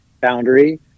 boundary